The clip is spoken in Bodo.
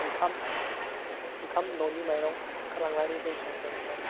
ओंखाम ओंखाम न'नि माइरंखौ लांनानै जों संदोंमोन